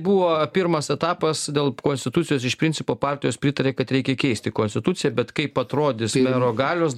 buvo pirmas etapas dėl konstitucijos iš principo partijos pritarė kad reikia keisti konstituciją bet kaip atrodys mero galios